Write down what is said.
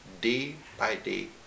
day-by-day